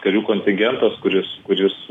karių kontingentas kuris kuris